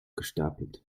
gestapelt